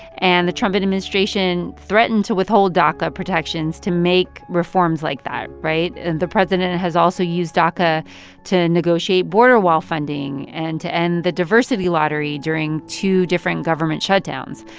and the trump administration threatened to withhold daca protections to make reforms like that, right? and the president has also used daca to negotiate border wall funding and to end the diversity lottery during two different government shutdowns.